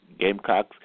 Gamecocks